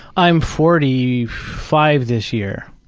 i'm forty five this year.